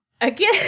again